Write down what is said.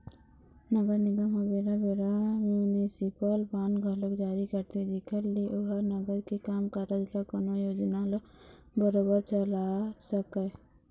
नगर निगम ह बेरा बेरा म्युनिसिपल बांड घलोक जारी करथे जेखर ले ओहा नगर के काम कारज ल कोनो योजना ल बरोबर चला सकय